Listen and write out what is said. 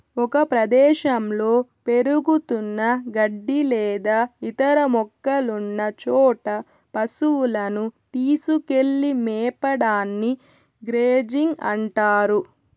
ఒక ప్రదేశంలో పెరుగుతున్న గడ్డి లేదా ఇతర మొక్కలున్న చోట పసువులను తీసుకెళ్ళి మేపడాన్ని గ్రేజింగ్ అంటారు